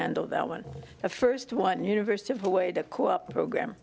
handle that one the first one university of the way the co op program